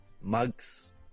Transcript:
mugs